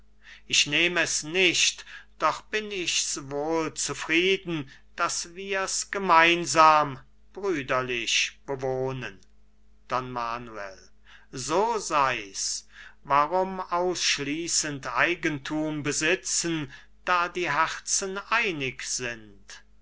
ich nehm es nicht doch bin ich's wohl zufrieden daß wir's gemeinsam brüderlich bewohnen don manuel so sei's warum ausschließend eigenthum besitzen da die herzen einig sind